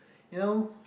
you know